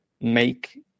make